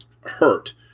hurt